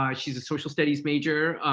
um she's a social studies major.